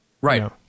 Right